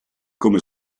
come